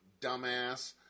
dumbass